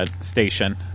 station